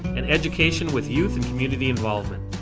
and education with youth and community involvement.